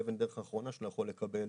באבן דרך האחרונה שלו יכול לקבל